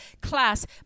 class